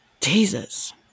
Jesus